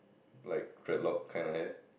like dreadlock kinda hair